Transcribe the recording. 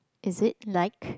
is it like